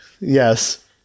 Yes